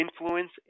influence